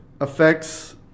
affects